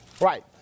Right